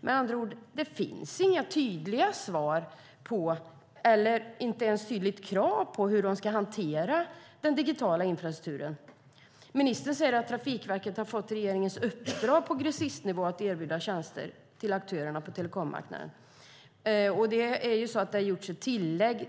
Med andra ord finns det inte ens några tydliga krav på hur de ska hantera den digitala infrastrukturen. Ministern säger att "Trafikverket har fått regeringens uppdrag att på grossistnivå erbjuda tjänster till aktörer på telekommarknaden". Det är ju så att det har gjorts ett tillägg